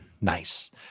Nice